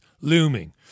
looming